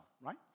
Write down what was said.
right